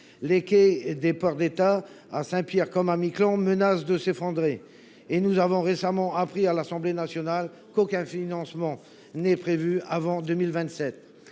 Les quais des ports d’État, à Saint Pierre comme à Miquelon, menacent de s’effondrer. Et nous avons récemment appris, à l’Assemblée nationale, qu’aucun financement n’est prévu avant 2027…